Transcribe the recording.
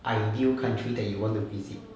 ideal country that you want to visit